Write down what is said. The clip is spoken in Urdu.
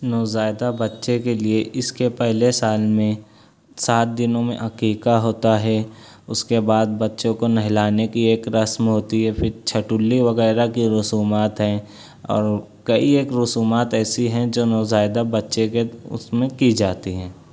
نوزائیدہ بچے کے لیے اس کے پہلے سال میں سات دنوں میں عقیقہ ہوتا ہے اس کے بعد بچوں کو نہلانے کی ایک رسم ہوتی ہے پھر چھٹلی وغیرہ کے رسومات ہیں اور کئی ایک رسومات ایسی ہیں جو نوزائیدہ بچے کے اس میں کی جاتی ہیں